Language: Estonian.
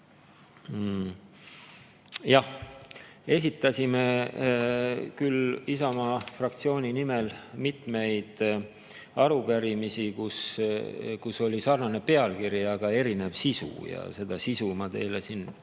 esitasime küll Isamaa fraktsiooni nimel mitmeid arupärimisi, millel on sarnane pealkiri, aga erinev sisu. Seda sisu ma teile siin